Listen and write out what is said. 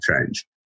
change